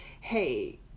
hey